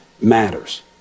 matters